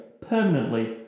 permanently